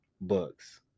books